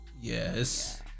Yes